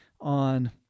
on